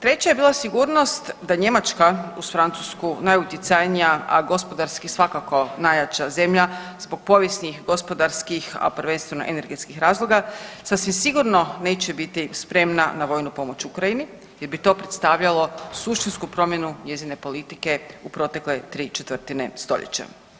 Treće je bila sigurnost da Njemačka uz Francusku najutjecajnija, a gospodarski svakako najjača zemlja zbog povijesnih, gospodarskih, a prvenstveno energetskih razloga sasvim sigurno neće biti spremna na vojnu pomoć Ukrajini jer bi to predstavljalo suštinsku promjenu njezine politike u protekle tri četvrtine stoljeća.